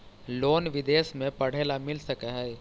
Loan विदेश में पढ़ेला मिल सक हइ?